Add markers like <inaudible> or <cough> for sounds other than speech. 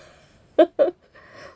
<laughs>